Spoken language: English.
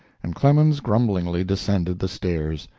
and clemens grumblingly descended the stairs.